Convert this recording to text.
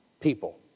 people